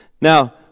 Now